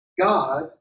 God